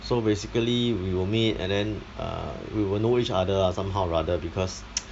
so basically we will meet and then err we will know each other lah somehow or rather because